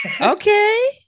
Okay